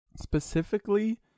specifically